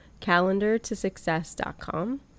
calendartosuccess.com